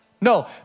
No